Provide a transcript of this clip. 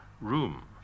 room